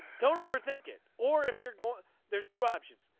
don't overthink it or if you're going there's two options.